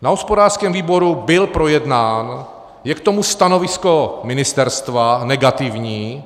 Na hospodářském výboru byl projednán, je k tomu stanovisko ministerstva negativní.